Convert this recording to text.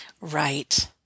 Right